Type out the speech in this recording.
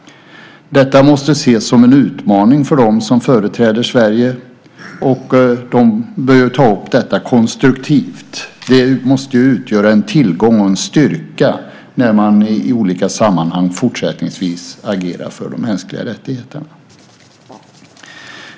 Detta måste ses som en utmaning för dem som företräder Sverige, och de bör ta upp detta konstruktivt. Det måste utgöra en tillgång och en styrka när man i olika sammanhang fortsättningsvis agerar för de mänskliga rättigheterna.